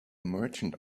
merchant